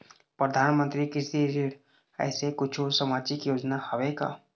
परधानमंतरी कृषि ऋण ऐसे कुछू सामाजिक योजना हावे का?